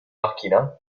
macchina